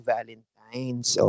Valentine's